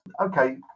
Okay